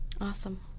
Awesome